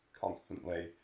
constantly